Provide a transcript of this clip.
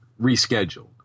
rescheduled